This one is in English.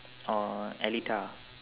or eletah